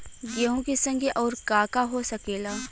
गेहूँ के संगे अउर का का हो सकेला?